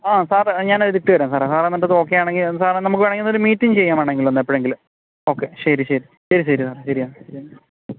ആ സാറെ ഞാൻ എടുത്ത് തരാം സാറെ സാധനം കണ്ടിട്ട് ഓക്കെയാണെങ്കിൽ സാറേ നമുക്ക് വേണമെങ്കിൽ ഒരു മീറ്റിംഗ് ചെയ്യാം വേണമെങ്കിൽ ഒന്ന് എപ്പോഴെങ്കിലും ഓക്കെ ശരി ശരി ശരി ശരി സാറെ ശരി